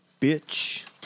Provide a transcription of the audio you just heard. bitch